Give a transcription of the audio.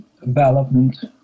development